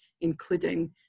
including